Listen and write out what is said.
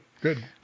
good